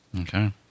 Okay